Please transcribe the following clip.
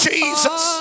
Jesus